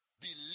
Believe